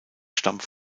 stammt